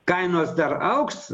kainos dar augs